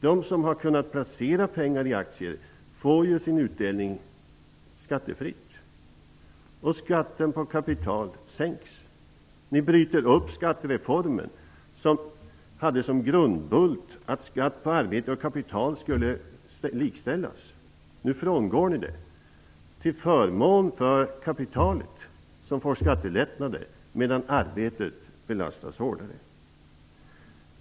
De som har kunnat placera pengar i aktier får sin utdelning skattefritt, och skatten på kapital sänks. Ni bryter upp skattereformen, som hade som grundbult att skatt på arbete och kapital skulle likställas. Nu frångår ni det, till förmån för kapitalet, som får skattelättnader, medan arbetet belastas hårdare.